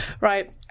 Right